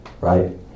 Right